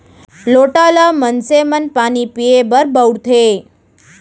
लोटा ल मनसे मन पानी पीए बर बउरथे